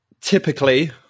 Typically